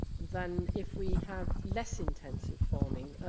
than if we have less intensive farming.